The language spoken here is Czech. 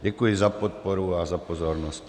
Děkuji za podporu a za pozornost.